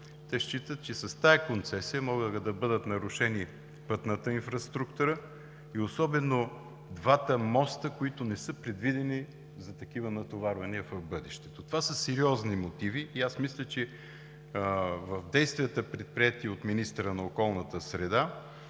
те считат, че с тази концесия може да бъде нарушена пътната инфраструктура и особено двата моста, които не са предвидени за такива натоварвания в бъдеще. Това са сериозни мотиви. Мисля, че в действията, предприети от министъра на околната среда,